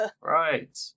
Right